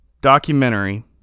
documentary